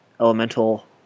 elemental